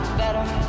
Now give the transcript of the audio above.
better